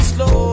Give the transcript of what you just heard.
Slow